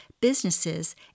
businesses